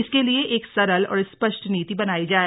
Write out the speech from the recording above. इसके लिए एक सरल और स्पष्ट नीति बनाई जाए